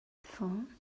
phone